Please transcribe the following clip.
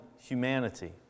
humanity